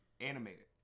animated